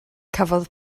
cafodd